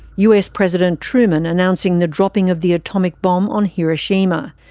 us president truman announcing the dropping of the atomic bomb on hiroshima.